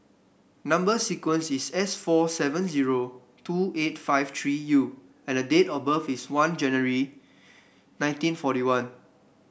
number sequence is S four seven zero two eight five three U and date of birth is one January nineteen forty one